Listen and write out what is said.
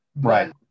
right